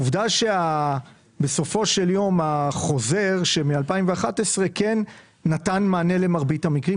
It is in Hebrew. עובדה שבסופו של יום החוזר מ-2011 כן נתן מענה למרבית המקרים.